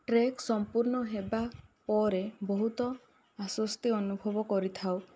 trek ସମ୍ପୂର୍ଣ ହେବା ପରେ ବହୁତ ଆଶ୍ବସ୍ତି ଅନୁଭବ କରିଥାଉ